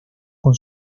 con